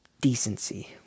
decency